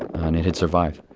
and it had survived.